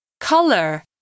Color